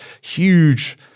huge